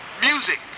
music